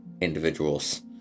individuals